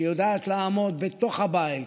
שיודעת לעמוד בתוך הבית,